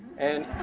and